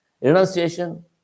Renunciation